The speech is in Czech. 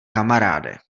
kamaráde